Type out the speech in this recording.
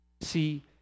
See